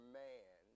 man